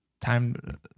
time